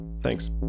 Thanks